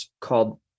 called